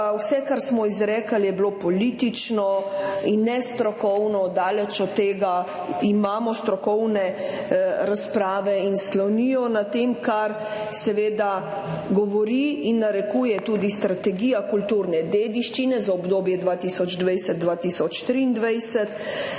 vse, kar smo izrekli, politično in nestrokovno. Daleč od tega, imamo strokovne razprave in slonijo na tem, kar govori in narekuje tudi strategija kulturne dediščine za obdobje 2020–2023.